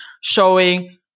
showing